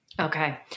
Okay